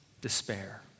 despair